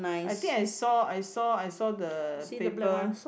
I think I saw I saw I saw the paper